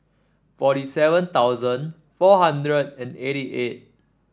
forty seven thousand four hundred and eighty eight